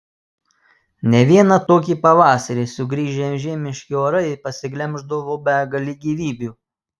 ne vieną tokį pavasarį sugrįžę žiemiški orai pasiglemždavo begalę gyvybių